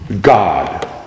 God